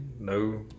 no